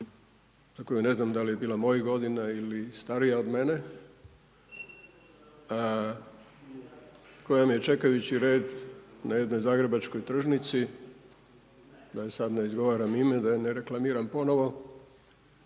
za koju ne znam da li bila mojih godina ili starija od mene, koja me je čekajući red na jednoj zagrebačkoj tržnici da joj sad ne izgovaram ime da je ne reklamiram ponovo,